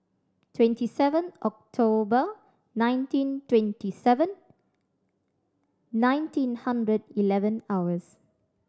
twenty seven October nineteen twenty seven nineteen hundred eleven hours